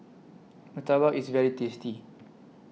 Murtabak IS very tasty